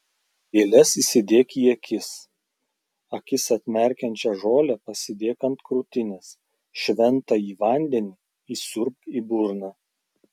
gėles įsidėk į akis akis atmerkiančią žolę pasidėk ant krūtinės šventąjį vandenį įsiurbk į burną